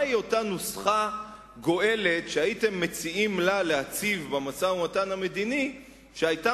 מהי אותה נוסחה גואלת שהייתם מציעים לה להציב במשא-ומתן המדיני שהיתה